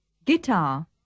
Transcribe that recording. guitar